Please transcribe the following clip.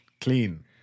clean